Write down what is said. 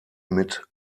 mit